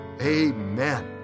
Amen